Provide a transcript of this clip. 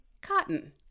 cotton